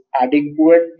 adequate